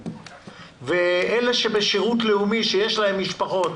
ואלה שבשירות לאומי שיש להם משפחות